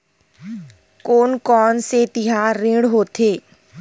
कोन कौन से तिहार ऋण होथे?